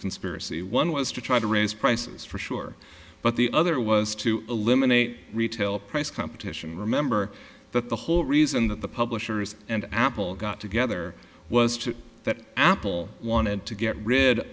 conspiracy one was to try to raise prices for sure but the other was to eliminate retail price competition remember that the whole reason that the publishers and apple got together was to that apple wanted to get rid